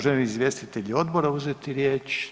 Želi li izvjestitelji odbora uzeti riječ?